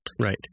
Right